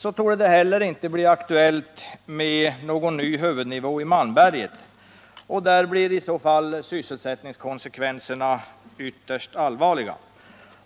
torde det heller inte bli aktuellt med någon ny huvudnivå i Malmberget. Där blir i så fall sysselsättningskonsekvenserna ytterst allvarliga.